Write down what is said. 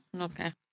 Okay